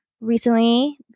recently